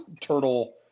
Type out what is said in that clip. turtle